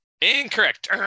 incorrect